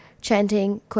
chanting